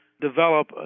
Develop